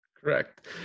Correct